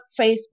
Facebook